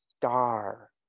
star